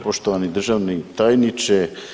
Poštovani državni tajniče.